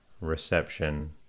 reception